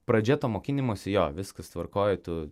pradžia to mokinimosi jo viskas tvarkoj tu